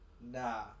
nah